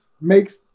makes